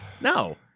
No